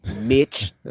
Mitch